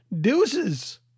Deuces